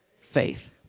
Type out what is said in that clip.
faith